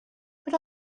but